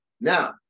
Now